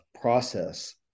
process